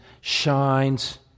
shines